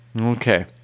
Okay